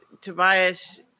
Tobias